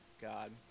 God